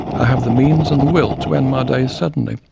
i have the means, and the will, to end my days suddenly,